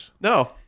No